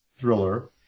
thriller